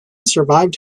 survived